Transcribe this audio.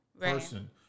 person